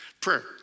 prayer